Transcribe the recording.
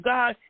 God